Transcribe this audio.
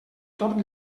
torn